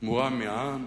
מורם מעם,